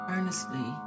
Earnestly